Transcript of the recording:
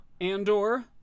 Andor